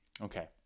Okay